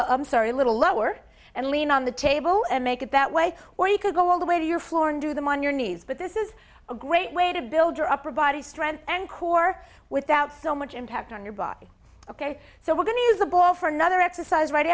longer sorry a little lower and lean on the table and make it that way or you could go all the way to your floor and do them on your knees but this is a great way to build your upper body strength and core without so much impact on your body ok so we're going to use the ball for another exercise right